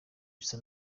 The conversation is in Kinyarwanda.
bisa